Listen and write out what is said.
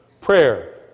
prayer